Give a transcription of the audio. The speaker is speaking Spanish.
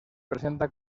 presenta